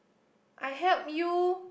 I help you